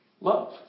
love